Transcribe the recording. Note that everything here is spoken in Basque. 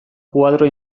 koadro